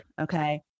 Okay